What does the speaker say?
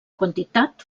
quantitat